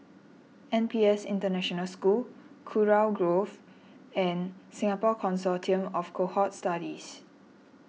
N P S International School Kurau Grove and Singapore Consortium of Cohort Studies